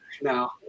No